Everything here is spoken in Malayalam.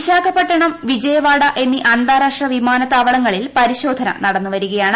വിശാഖപട്ടണം വിജയവാഡ എന്നീ അന്താരാഷ്ട്ര വിമാനത്താവളങ്ങളിൽ ഷ്ട്രിശോധന നടന്നുവരികയാണ്